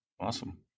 Awesome